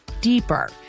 deeper